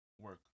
work